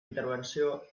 intervenció